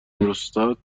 میرستاد